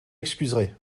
excuserez